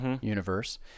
universe